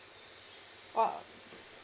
!wow!